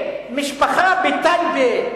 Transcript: משפחה בטייבה,